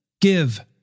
give